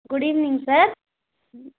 good evening sir